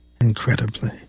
incredibly